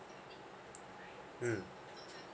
mm